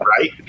Right